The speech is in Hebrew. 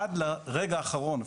עד לרגע האחרון,